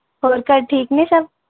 ਹੋਰ ਘਰ ਠੀਕ ਨੇ ਸਭ